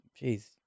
Jeez